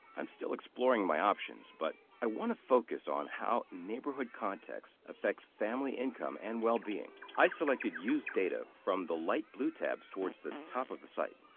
i'm still exploring my options, but i want to focus on how neighborhood context affects family income and well-being. i selected use data from the light blue tabs towards the top of the site.